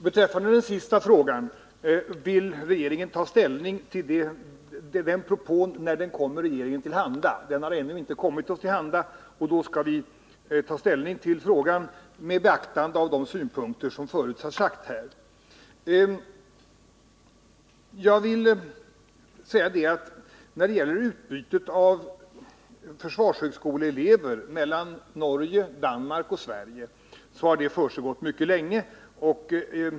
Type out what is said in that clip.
Herr talman! Beträffande den sista frågan kan sägas att regeringen kommer att ta ställning till denna propå när den kommer regeringen till handa. Så har ännu icke skett, men när den kommer skall vi ta ställning med beaktande av de synpunkter som framförts här. När det gäller utbytet av försvarshögskoleelever mellan Norge, Danmark och Sverige vill jag säga att det försiggått mycket länge.